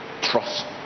trust